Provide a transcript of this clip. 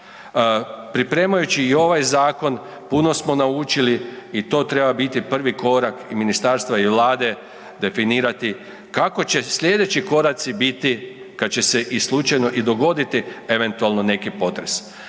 Pripremajući i ovaj zakon puno smo naučili i to treba biti prvi korak i ministarstva i Vlade, definirati kako će slijedeći koraci biti kad će se i slučajno i dogoditi eventualno neki potres,